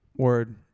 Word